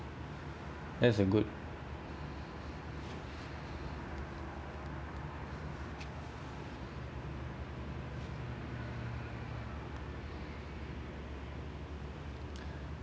that’s a good